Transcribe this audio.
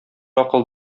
акыл